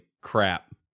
crap